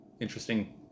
interesting